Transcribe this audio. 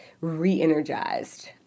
re-energized